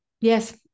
Yes